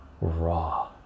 raw